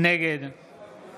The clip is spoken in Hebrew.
נגד